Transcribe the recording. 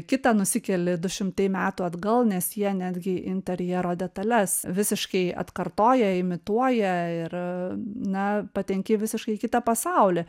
kitą nusikeli du šimtai metų atgal nes jie netgi interjero detales visiškai atkartoja imituoja ir na patenki visiškai į kitą pasaulį